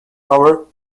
power